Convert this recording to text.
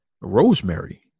Rosemary